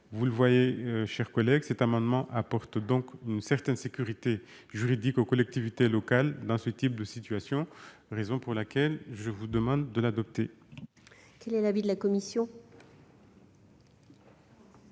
Vous le voyez, mes chers collègues, cet amendement vise à apporter une certaine sécurité juridique aux collectivités locales dans ce type de situation, raison pour laquelle je vous demande de le voter. Quel est l'avis de la commission ?